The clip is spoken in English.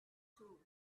too